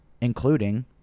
including